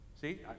see